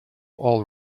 all